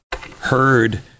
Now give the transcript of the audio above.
heard